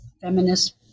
feminist